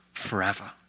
forever